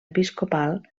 episcopal